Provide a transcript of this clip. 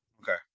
Okay